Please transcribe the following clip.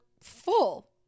full